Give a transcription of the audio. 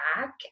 back